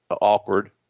awkward